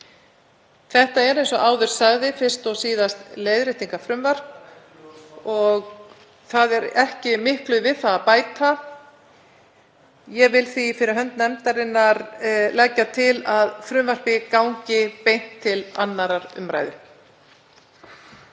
Þetta er, eins og áður sagði, fyrst og síðast leiðréttingarfrumvarp og ekki miklu við það að bæta. Ég vil því fyrir hönd nefndarinnar leggja til að frumvarpið gangi beint til 2. umr.